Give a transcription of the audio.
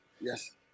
Yes